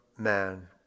man